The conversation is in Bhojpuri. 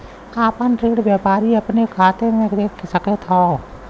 आपन ऋण व्यापारी अपने खाते मे देख सकत हौ